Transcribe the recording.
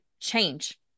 change